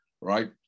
right